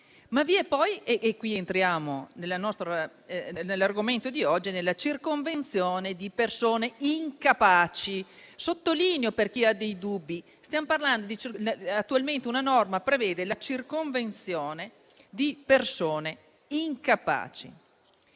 qui entriamo nell'argomento oggi all'esame - la circonvenzione di persone incapaci. Sottolineo, per chi abbia dei dubbi, che attualmente la norma prevede la circonvenzione di persone incapaci.